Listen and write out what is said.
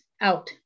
out